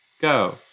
Go